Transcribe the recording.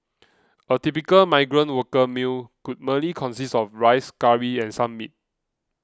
a typical migrant worker meal could merely consist of rice curry and some meat